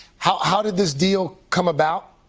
how how did this deal come about?